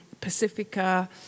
Pacifica